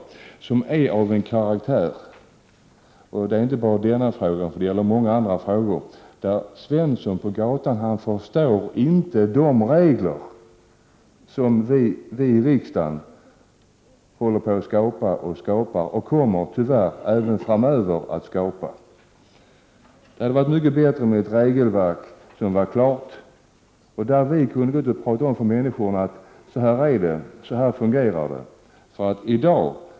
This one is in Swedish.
Debatten är av sådan karaktär att Svensson på gatan inte förstår de regler vi i riksdagen hela tiden skapar och tyvärr även framöver kommer att skapa. Det gäller inte bara denna fråga, utan det gäller även många andra. Det hade varit mycket bättre om vi haft ett regelverk som varit klart och om vi alltså kunnat gå ut och tala om för människorna: Så här är det, så här fungerar det.